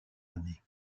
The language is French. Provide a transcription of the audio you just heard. années